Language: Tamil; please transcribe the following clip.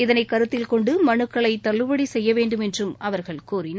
இதனை கருத்தில் கொண்டு மனுக்களை தள்ளுபடி செய்ய வேண்டுமென்றும் அவர்கள் கோரினர்